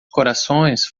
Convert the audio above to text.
corações